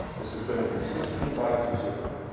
this is gonna be sixteen bytes of zero.